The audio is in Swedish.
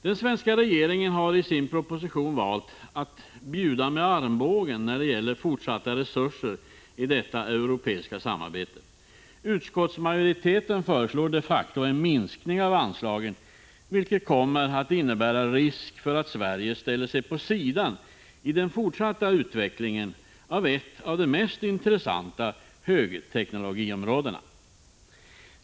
Den svenska regeringen har i sin proposition valt att bjuda med armbågen när det gäller att i fortsättningen satsa resurser i detta europeiska samarbete. Utskottsmajoriteten föreslår de facto en minskning av anslagen, vilket kommer att innebära risk för att Sverige ställer sig vid sidan av den fortsatta utvecklingen av ett av de mest intressanta högteknologiområdena.